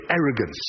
arrogance